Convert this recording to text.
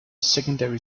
secondary